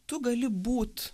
tu gali būt